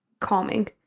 calming